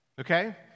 okay